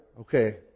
okay